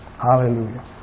Hallelujah